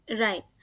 Right